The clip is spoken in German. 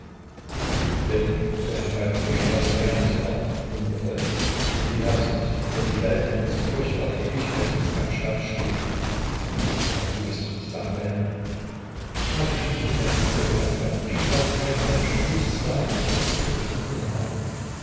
denk so ein kleines fischerhaus am meer nicht wahr wundervoll und die herbstnächte wenn die wellen diese furchtbare ewigkeitsmusik am strande spielen aber du wirst dich nicht langweilen hab ich mich jemals mit dir gelangweilt ich brauche keinen menschen nichts gar nichts brauch ich wenn ich dich nur habe